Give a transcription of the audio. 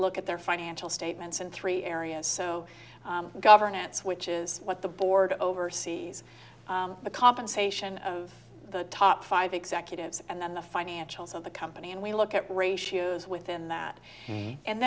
look at their financial statements in three areas so governance which is what the board oversees the compensation of the top five executives and then the financials of the company and we look at ratios within that and